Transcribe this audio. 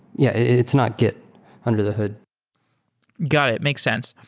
yeah, it's not git under the hood got it. makes sense.